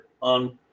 on